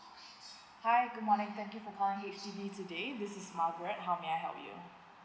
hi good morning thank you for calling H_D_B today this is margaret how may I help you